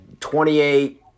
28